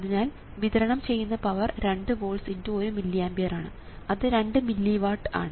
അതിനാൽ വിതരണം ചെയ്യുന്ന പവർ 2 വോൾട്സ് × 1 മില്ലി ആമ്പിയർ ആണ് അത് 2 മില്ലി വാട്ട് ആണ്